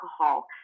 alcohol